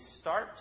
start